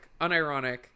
Unironic